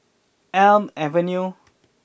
Elm Avenue